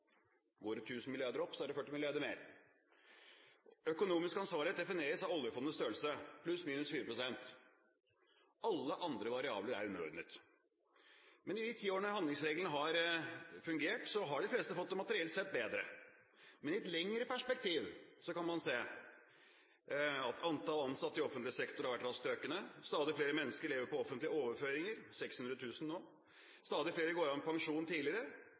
Går det 1 000 milliarder opp, er det 40 milliarder mer. Økonomisk ansvarlighet defineres av oljefondets størrelse pluss/minus 4 pst. Alle andre variabler er underordnet. I de ti årene handlingsregelen har fungert, har de fleste fått det materielt sett bedre. Men i et lengre perspektiv kan man se at antall ansatte i offentlig sektor har vært raskt økende, at stadig flere mennesker lever på offentlige overføringer, 600 000 nå, at stadig flere går av med pensjon tidligere,